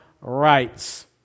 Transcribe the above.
rights